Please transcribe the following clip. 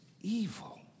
evil